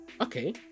okay